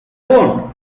won’t